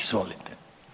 Izvolite.